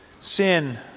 Sin